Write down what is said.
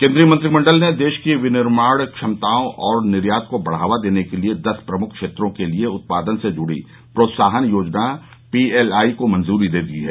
केंद्रीय मंत्रिमंडल ने देश की विनिर्माण क्षमताओं और निर्यात को बढ़ावा देने के लिए दस प्रमुख क्षेत्रों के लिए उत्पादन से जुड़ी प्रोत्साहन योजना पी एल आई को मंजूरी दे दी है